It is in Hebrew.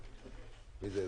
איה.